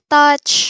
touch